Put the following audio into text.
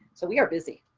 so we are busy.